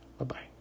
Bye-bye